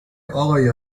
آقای